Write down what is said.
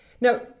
Now